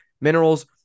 minerals